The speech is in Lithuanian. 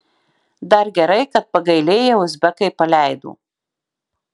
dar gerai kad pagailėję uzbekai paleido